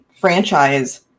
franchise